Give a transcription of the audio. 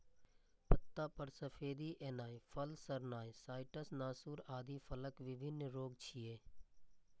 पत्ता पर सफेदी एनाय, फल सड़नाय, साइट्र्स नासूर आदि फलक विभिन्न रोग छियै